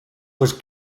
was